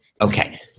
okay